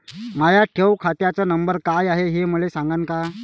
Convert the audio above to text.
माया ठेव खात्याचा नंबर काय हाय हे मले सांगान का?